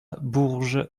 bourges